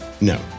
No